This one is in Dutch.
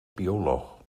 bioloog